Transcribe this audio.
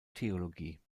theologie